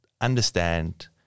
understand